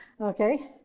Okay